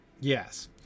Yes